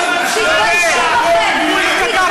מי כתב